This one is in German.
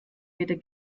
weder